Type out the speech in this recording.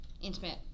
intimate